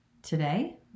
Today